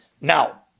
now